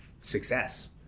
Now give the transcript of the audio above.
success